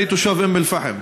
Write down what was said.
אני תושב אום אל-פחם,